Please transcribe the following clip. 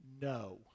No